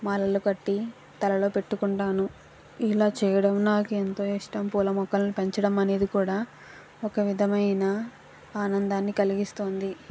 మాలలు కట్టి తలలో పెట్టుకుంటాను ఇలా చేయడం నాకు ఎంతో ఇష్టం పూల మొక్కలను పెంచడము అనేది కూడా ఒక విధమైన ఆనందాన్ని కలిగిస్తుంది